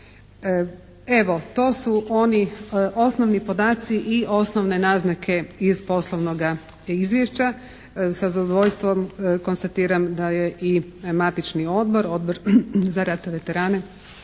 Evo to su oni osnovni podaci i osnovne naznake iz poslovnoga izvješća. Sa zadovoljstvom konstatiram da je i matični odbor, Odbor za ratne veterane